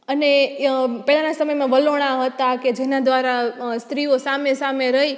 અને પેલાના સમયમાં વલોણાં હતાં કે જેના દ્વારા સ્ત્રીઓ સામે સામે રહી